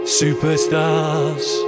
superstars